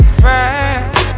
fast